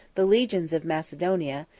the legions of macedonia,